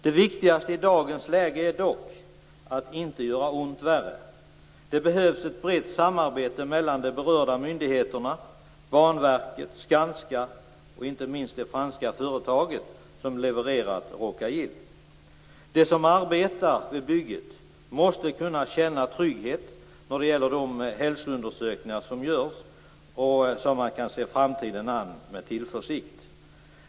Det viktigaste i dagens läge är dock att inte göra ont värre. Det behövs ett brett samarbete mellan de berörda myndigheterna - Banverket, Skanska och inte minst det franska företaget som levererat Rhoca-Gil. De som arbetar vid bygget måste kunna känna trygghet när det gäller de hälsoundersökningar som görs, så att de kan se framtiden an med tillförsikt.